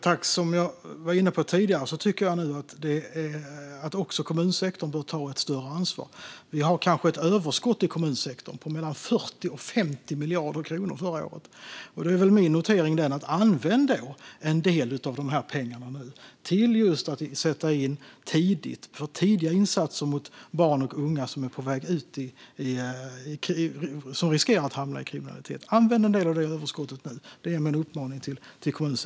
Fru talman! Som jag var inne på tidigare tycker jag att också kommunsektorn nu behöver ta ett större ansvar. Kommunsektorn hade ett överskott på kanske mellan 40 och 50 miljarder kronor förra året. Då är min notering att man då bör använda en del av de pengarna till att sätta in just tidiga insatser för barn och unga som riskerar att hamna i kriminalitet. Använd nu en del av överskottet - till skola, socialtjänst och fritidsverksamhet!